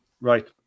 Right